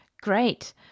Great